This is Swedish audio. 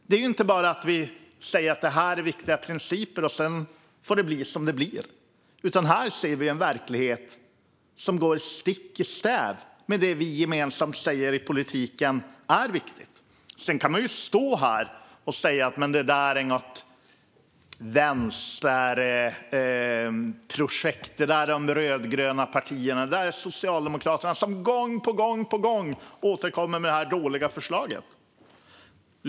Det är inte bara att vi säger att det här är viktiga principer och sedan får det bli som det blir när vi ser en verklighet som går stick i stäv med det vi i politiken gemensamt säger är viktigt. Sedan kan man stå här och säga att det där är något vänsterprojekt. Det är de rödgröna partierna, det är Socialdemokraterna som gång på gång återkommer med det här dåliga förslaget.